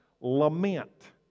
lament